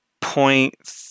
point